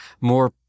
more